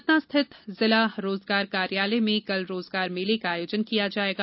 सतना स्थित जिला रोजगार कार्यालय में कल रोजगार मेले का आयोजन किया जायेगा